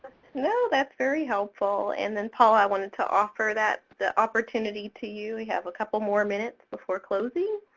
no, thats very helpful. and then, paula, i wanted to offer that the opportunity to you. we have a couple more minutes before closing.